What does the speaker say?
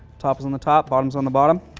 top is on the top, bottom's on the bottom